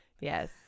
Yes